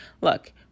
Look